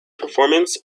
performance